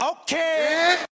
Okay